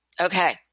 Okay